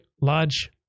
large